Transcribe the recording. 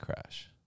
crash